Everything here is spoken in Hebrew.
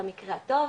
במקרה הטוב,